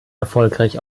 erfolgreich